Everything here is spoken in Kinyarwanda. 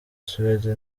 suède